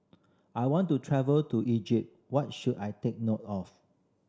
I want to travel to Egypt what should I take note of